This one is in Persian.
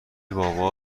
بابا